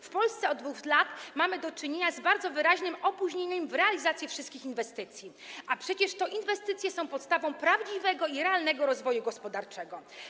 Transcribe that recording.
W Polsce od 2 lat mamy do czynienia z bardzo wyraźnym opóźnieniem w realizacji wszystkich inwestycji, a przecież to inwestycje są podstawą prawdziwego i realnego rozwoju gospodarczego.